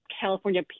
California